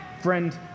Friend